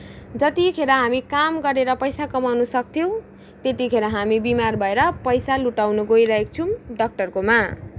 जतिखेर हामी काम गरेर पैसा कमाउन सकथ्यौँ त्यति खेर हामी बिमार भएर पैसा लुटाउन गइरहेको छौँ डक्टरकोमा